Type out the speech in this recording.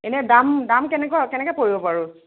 এনেই দাম দাম কেনেকোৱা কেনেকৈ পৰিব বাৰু